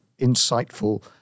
insightful